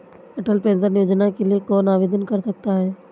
अटल pension Yojana के लिए कौन आवेदन कर सकता है?